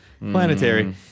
Planetary